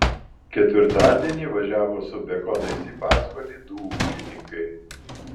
ketvirtadienį važiavo su bekonais į pasvalį du ūkininkai